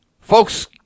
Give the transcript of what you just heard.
folks